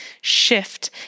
shift